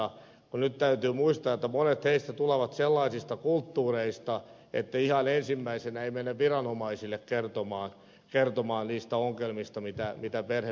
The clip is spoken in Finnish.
no nyt täytyy muistaa että monet heistä tulevat sellaisista kulttuureista että ihan ensimmäisenä ei mennä viranomaisille kertomaan niistä ongelmista joita perhepiirissä ilmenee